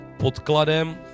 podkladem